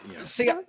See